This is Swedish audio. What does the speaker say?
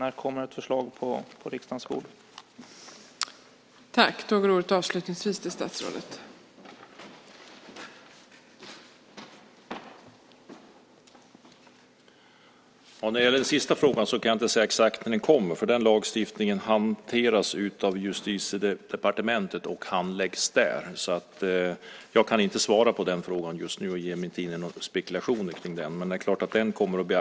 När kommer ett förslag på riksdagens bord om detta?